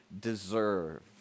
deserve